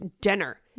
Dinner